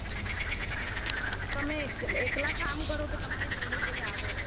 હમ તમે એકલા કામ કરો કે તમારી જોડે કોઈ આવે